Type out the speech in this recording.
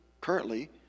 currently